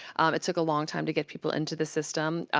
it took a long time to get people into the system.